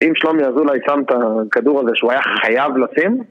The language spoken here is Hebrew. אם שלומי אזולאי שם את הכדור הזה שהוא היה חייב לשים